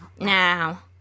now